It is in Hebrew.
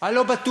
אני לא בטוח